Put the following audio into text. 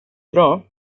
bra